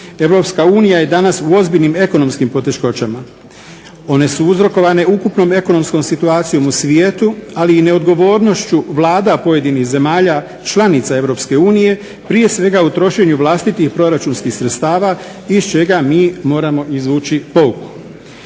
Europska unija je danas u ozbiljnim ekonomskim poteškoćama. One su uzrokovane ukupnom ekonomskom situacijom u svijetu, ali i neodgovornošću vlada pojedinih zemalja članica Europske unije prije svega u trošenju vlastitih proračunskih sredstava iz čega mi moramo izvući pouku.